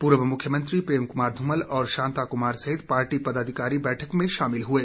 पूर्व मुख्यमंत्री प्रेम कुमार धूमल और शांता कुमार सहित पार्टी पदाधिकारी बैठक में शामिल हुए